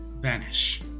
vanish